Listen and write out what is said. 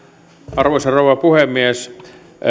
arvoisa rouva puhemies